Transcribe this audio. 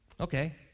Okay